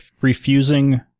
refusing